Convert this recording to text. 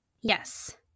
Yes